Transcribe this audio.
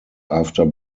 after